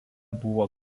buvo